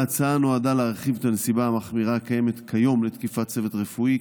ההצעה נועדה להרחיב את הנסיבה המחמירה הקיימת כיום לתקיפת צוות רפואי,